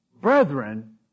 Brethren